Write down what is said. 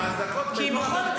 כי בכל --- אבר מירב,